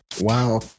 Wow